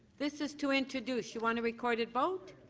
this is to introduce you want a recorded vote?